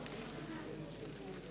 סמכויות פקחים)